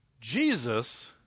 Jesus